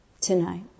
tonight